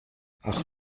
ach